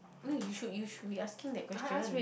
no you should you should be asking that question